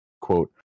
Quote